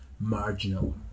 marginal